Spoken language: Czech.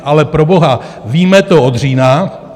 Ale proboha, víme to od října.